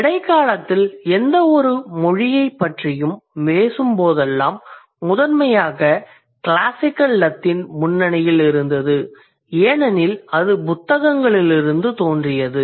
இடைக்காலத்தில் எந்தவொரு மொழியைப் பற்றியும் பேசும்போதெல்லாம் முதன்மையாக கிளாசிக்கல் லத்தீன் முன்னணியில் இருந்தது ஏனெனில் அது புத்தகங்களிலிருந்து தோன்றியது